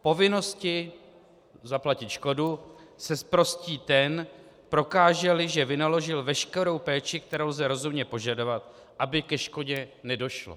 Povinnosti zaplatit škodu se zprostí ten, prokáželi, že vynaložil veškerou péči, kterou lze rozumně požadovat, aby ke škodě nedošlo.